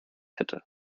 hätte